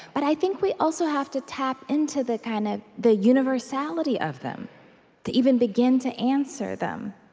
but i think we also have to tap into the kind of the universality of them to even begin to answer them.